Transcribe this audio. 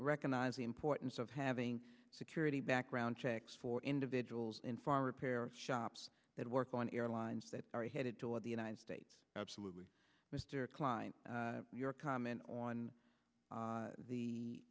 recognize the importance of having security background checks for individuals in farm repair shops that work on airlines that are headed toward the united states absolutely mr klein your comment on